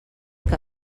que